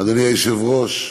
אדוני היושב-ראש,